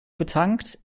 betankt